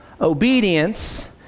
obedience